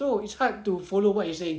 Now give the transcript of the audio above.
so it's hard to follow what you saying